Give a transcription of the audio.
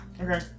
Okay